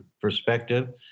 perspective